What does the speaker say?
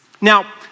Now